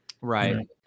Right